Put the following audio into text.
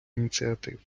ініціатив